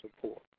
support